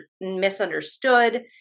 misunderstood